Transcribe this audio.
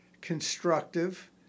constructive